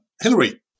Hillary